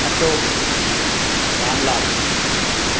Ashok Ramlal